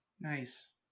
Nice